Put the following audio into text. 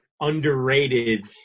underrated